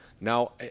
Now